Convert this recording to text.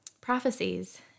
prophecies